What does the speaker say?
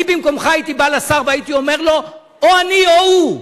אני במקומך הייתי בא לשר והייתי אומר לו: או אני או הוא.